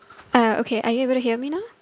uh okay are you able to hear me now